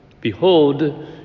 Behold